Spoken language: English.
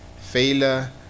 Failure